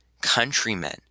countrymen